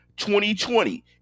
2020